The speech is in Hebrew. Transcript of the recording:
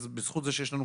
בזכות זה שיש לנו,